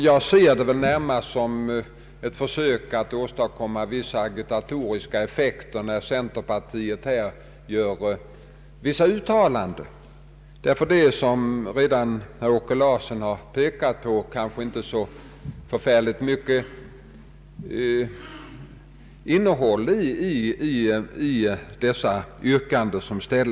Jag ser det närmast som ett försök att åstadkomma vissa agitatoriska effekter, när centerpartiet här gör vissa uttalanden. Det är, som herr Åke Larsson redan påpekat, kanske inte så mycket innehåll i de yrkanden som ställs.